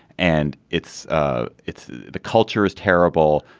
and it's ah it's the culture is terrible.